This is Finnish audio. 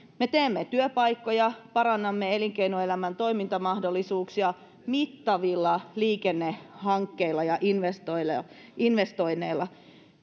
me teemme työpaikkoja parannamme elinkeinoelämän toimintamahdollisuuksia mittavilla liikennehankkeilla ja investoinneilla